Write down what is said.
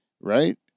right